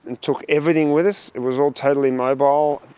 and took everything with us, it was all totally mobile,